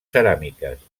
ceràmiques